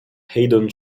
haydon